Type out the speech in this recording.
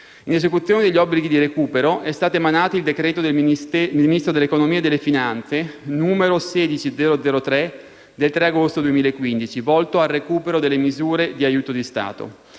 In esecuzione degli obblighi di recupero, è stato emanato il decreto del Ministro dell'economia e delle finanze n. 16003 del 3 agosto 2015, volto al recupero delle misure di aiuto di Stato.